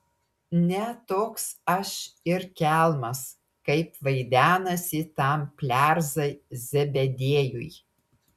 ne toks aš ir kelmas kaip vaidenasi tam plerzai zebediejui